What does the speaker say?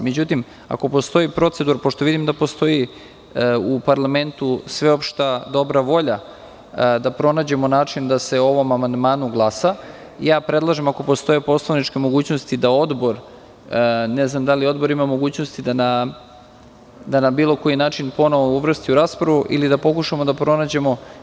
Međutim, ako postoji procedura, pošto vidim da u parlamentu postoji sveopšta dobra volja da pronađemo način da se o ovom amandmanu glasa, predlažem da ako postoje poslovničke mogućnosti da Odbor na bilo koji način ponovo uvrsti u raspravu ili da pokušamo da pronađemo…